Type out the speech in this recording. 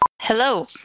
Hello